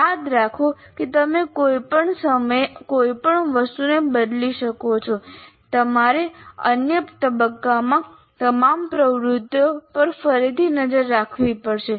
યાદ રાખો કે તમે કોઈપણ સમયે કોઈપણ વસ્તુને બદલી શકો છો તમારે અન્ય તબક્કામાં તમામ પ્રવૃત્તિઓ પર ફરીથી નજર રાખવી પડશે